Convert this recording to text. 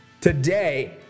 today